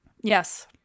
Yes